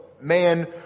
man